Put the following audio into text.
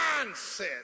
mindset